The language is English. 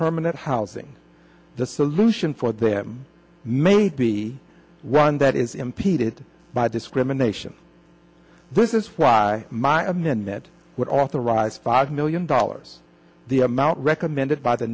permanent housing the solution for them may be one that is impeded by discrimination this is why my amendment would authorize five million dollars the amount recommended by the